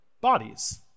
bodies